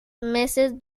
meses